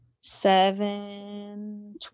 seven